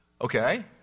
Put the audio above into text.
Okay